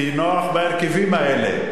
כי נוח בהרכבים האלה.